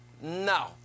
No